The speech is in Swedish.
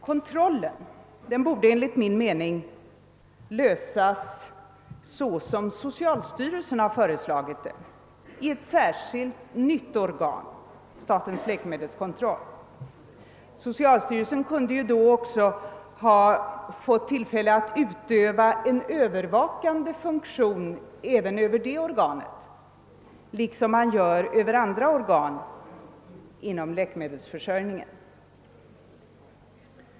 Kontrollen borde enligt min mening lösas, såsom socialstyrelsen föreslagit, genom ett särskilt nytt organ, statens läkemedelskontroll. Socialstyrelsen kunde ju då också ha fått tillfälle att utöva en övervakande funktion även över det organet liksom över andra organ inom läkemedelsförsörjningen.